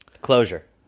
Closure